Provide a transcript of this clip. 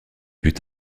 buts